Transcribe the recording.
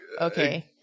okay